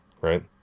right